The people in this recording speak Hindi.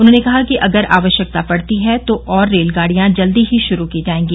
उन्होंने कहा कि अगर आवश्यकता पडती है तो और रेलगाडियां जल्दी ही शुरू की जाएगी